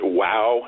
wow